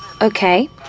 Okay